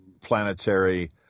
planetary